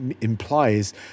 implies